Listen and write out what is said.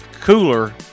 cooler